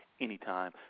anytime